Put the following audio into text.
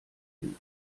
finde